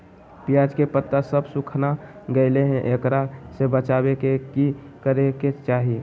प्याज के पत्ता सब सुखना गेलै हैं, एकरा से बचाबे ले की करेके चाही?